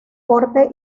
corte